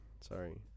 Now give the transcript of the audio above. Sorry